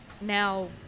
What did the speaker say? Now